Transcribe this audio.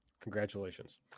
Congratulations